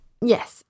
Yes